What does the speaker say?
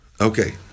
Okay